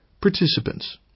Participants